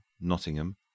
Nottingham